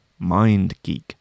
MindGeek